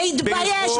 להתבייש,